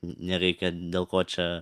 nereikia dėl ko čia